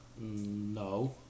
no